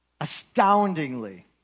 astoundingly